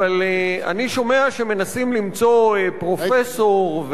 אני שומע שמנסים למצוא פרופסור,